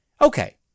Okay